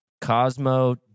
Cosmo